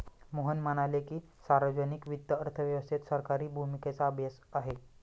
मोहन म्हणाले की, सार्वजनिक वित्त अर्थव्यवस्थेत सरकारी भूमिकेचा अभ्यास आहे